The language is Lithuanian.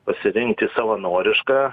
pasirinkti savanorišką